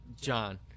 John